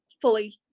fully